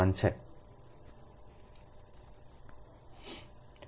વાહક વહન